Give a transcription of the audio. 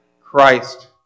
Christ